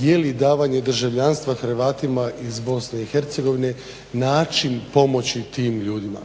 je li davanje državljanstva Hrvatima iz BIH način pomoći tim ljudima.